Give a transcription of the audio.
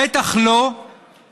בטח לא במדינות